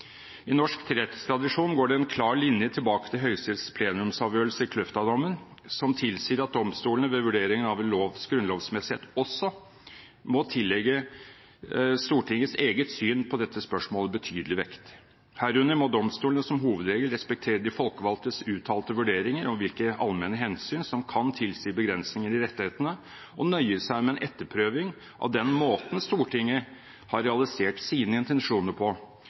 I norsk rettstradisjon går det en klar linje tilbake til Høyesteretts plenumsavgjørelse i Kløfta-dommen, som tilsier at domstolene ved vurdering av en lovs grunnlovsmessighet også må tillegge Stortingets eget syn på dette spørsmålet betydelig vekt. Herunder må domstolene som hovedregel respektere de folkevalgtes uttalte vurderinger om hvilke allmenne hensyn som kan tilsi begrensninger i rettighetene, og nøye seg med en etterprøving av den måten Stortinget har realisert sine intensjoner på,